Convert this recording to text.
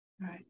Right